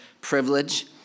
privilege